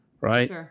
right